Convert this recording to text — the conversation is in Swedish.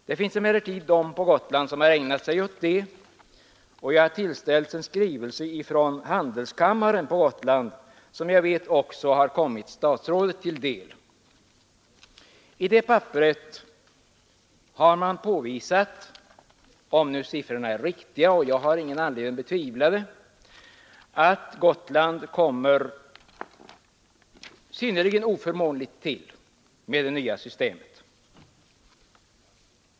Det finns emellertid de på Gotland som har ägnat sig åt det, och från handelskammaren på Gotland har jag fått en skrivelse som jag vet också har kommit statsrådet till del. I det papperet har man påvisat, om nu siffrorna är riktiga — och jag har ingen anledning att betvivla det — att Gotland kommer att ligga synnerligen oförmånligt till med det nya systemet.